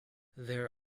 there